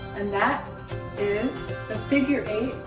and that is the figure eight.